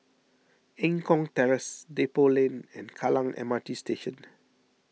Eng Kong Terrace Depot Lane and Kallang M R T Station